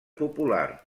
popular